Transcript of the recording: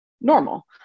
normal